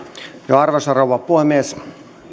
arvoisa rouva puhemies